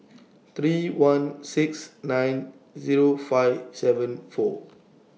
three one six nine Zero five seven four